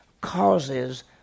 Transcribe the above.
causes